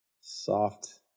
Soft